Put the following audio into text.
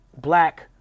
black